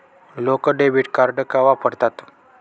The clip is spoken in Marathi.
लोक डेबिट कार्ड का वापरतात?